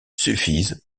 suffisent